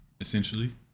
essentially